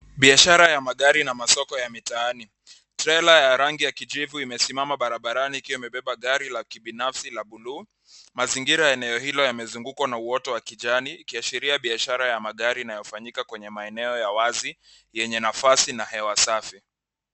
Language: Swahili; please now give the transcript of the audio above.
Biashara ya magari na masoko ya mitaani. Trela ya rangi ya kijivu imesimama barabarani ikiwa imebeba magari la kibinafsi la buluu. Mazingira ya eneo hilo yamezungukwa na uoto wa kijani ikiashiria biashara ya magari inayofanyika kwenye maeneo ya wazi yenye nafasi na hewa safi.